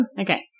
Okay